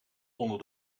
onder